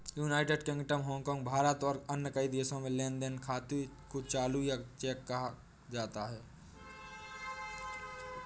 United Kingdom, Hong Kong, Bharat और कई अन्य देशों में लेन देन खाते को चालू या चेक खाता कहा जाता है